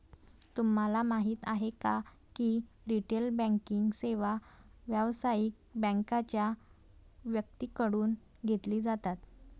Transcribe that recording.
तुम्हाला माहिती आहे का की रिटेल बँकिंग सेवा व्यावसायिक बँकांच्या व्यक्तींकडून घेतली जातात